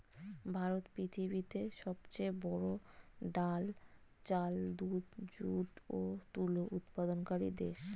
ভারত পৃথিবীতে সবচেয়ে বড়ো ডাল, চাল, দুধ, যুট ও তুলো উৎপাদনকারী দেশ